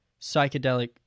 psychedelic